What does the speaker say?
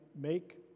make